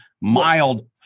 mild